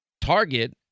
target